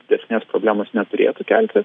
didesnės problemos neturėtų kelti